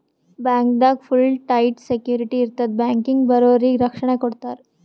ಬ್ಯಾಂಕ್ದಾಗ್ full tight security ಇರ್ತದ್ ಬ್ಯಾಂಕಿಗ್ ಬರೋರಿಗ್ ರಕ್ಷಣೆ ಕೊಡ್ತಾರ